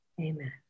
amen